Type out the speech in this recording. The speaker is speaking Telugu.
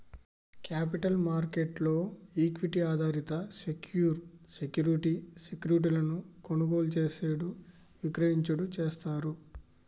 క్యాపిటల్ మార్కెట్ లో ఈక్విటీ ఆధారిత సెక్యూరి సెక్యూరిటీ సెక్యూరిటీలను కొనుగోలు చేసేడు విక్రయించుడు చేస్తారు